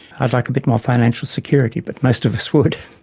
i'd like a bit more financial security, but most of us would.